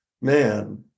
man